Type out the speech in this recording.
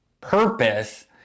purpose